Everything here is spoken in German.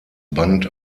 band